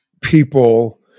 people